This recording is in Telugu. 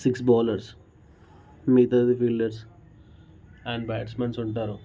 సిక్స్ బౌలెర్స్ మిగతాది ఫీల్డెర్స్ అండ్ బ్యాట్స్మెన్ ఉంటారు